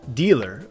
dealer